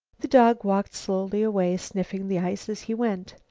the dog walked slowly away, sniffing the ice as he went.